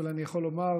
אבל אני יכול לומר,